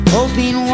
Hoping